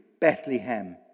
Bethlehem